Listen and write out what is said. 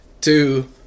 two